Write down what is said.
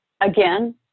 Again